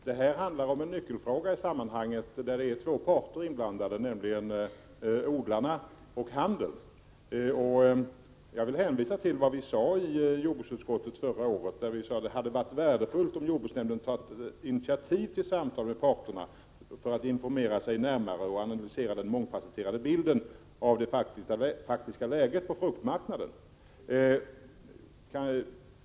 Herr talman! En nyckelfråga i sammanhanget är att det är två parter inblandade, nämligen odlarna och handeln. Jag vill hänvisa till vad vi sade i jordbruksutskottet förra året, att det hade varit värdefullt om jordbruksnämnden hade ”tagit initiativ till samtal med parterna för att informera sig om och närmare analysera den mångfacetterade bilden av det faktiska läget på fruktmarknaden”.